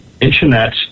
Internet